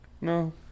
No